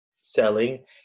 selling